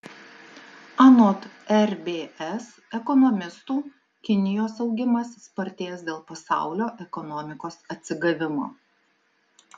anot rbs ekonomistų kinijos augimas spartės dėl pasaulio ekonomikos atsigavimo